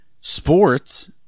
sports